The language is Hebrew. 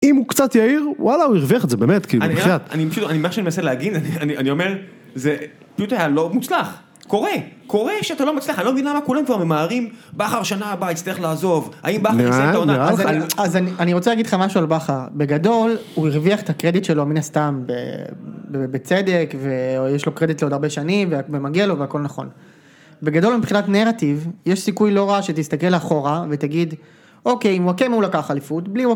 אם הוא קצת יהיר, וואלה, הוא הרוויח את זה. באמת, כאילו, מבחינת... אני פשוט... מה שאני מנסה להגיד, אני אומר, זה פתאום היה לא מוצלח. קורה, קורה שאתה לאתה לא מצליח. אני לא מבין למה כולם כבר ממהרים, בכר שנה הבאה, יטצרך לעזוב, האם בכר שנה אתה עונה טוב... אז אני רוצה להגיד לך משהו על בכר. בגדול, הוא הרוויח את הקרדיט שלו מן הסתם בצדק, ויש לו קרדיט לעוד הרבה שנים, ומגיע לו והכול נכון. בגדול, מבחינת נרטיב, יש סיכוי לא רע שתסתכל אחורה, ותגיד, אוקיי, אם הוא הקמה, הוא לקח אליפות, בלי...